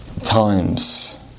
times